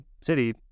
city